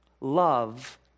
love